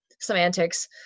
semantics